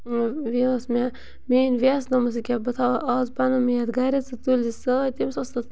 بیٚیہِ ٲس مےٚ میٲنۍ وٮ۪س دوٚپمَس ییٚکیاہ بہٕ تھاو آز پَنُن میتھ گَرے ژٕ تُلۍز یہِ سۭتۍ تٔمِس اوس تَتھ